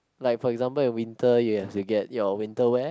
like for example in winter uh you have to get your winter wear